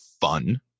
fun